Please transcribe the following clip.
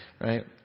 right